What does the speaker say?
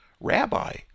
Rabbi